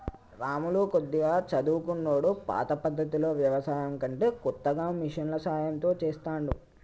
రాములు కొద్దిగా చదువుకున్నోడు పాత పద్దతిలో వ్యవసాయం కంటే కొత్తగా మిషన్ల సాయం తో చెస్తాండు